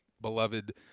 beloved